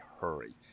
hurry